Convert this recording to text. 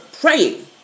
praying